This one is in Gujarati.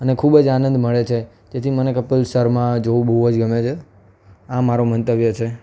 અને ખૂબ જ આનંદ મળે છે તેથી મને કપિલ શર્મા જોવું બહુ જ ગમે છે આ મારો મંતવ્ય છે